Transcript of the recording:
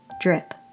Drip